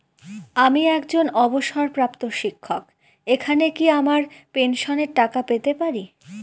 আমি একজন অবসরপ্রাপ্ত শিক্ষক এখানে কি আমার পেনশনের টাকা পেতে পারি?